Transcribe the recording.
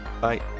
bye